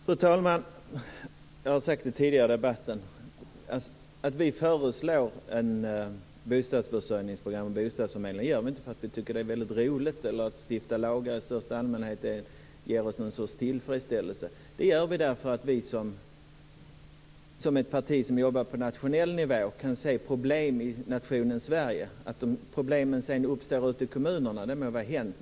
Fru talman! Jag har sagt tidigare i debatten att vi inte föreslår ett bostadsförsörjningsprogram och en bostadsförmedling för att vi tycker att det är så roligt eller att det ger oss någon sorts tillfredsställelse att stifta lagar i största allmänhet. Vi gör det för att vi som ett parti som jobbar på nationell nivå kan se problem i nationen Sverige. Att problemen uppstår i kommunerna må vara hänt.